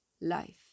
life